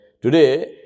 today